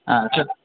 ಹಾಂ ಸರ್